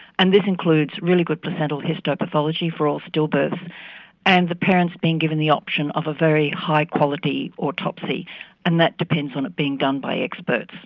and this includes really good placental histopathology for all stillbirths and the parents being given the option of a very high quality autopsy and that depends on it being done by experts.